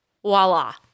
voila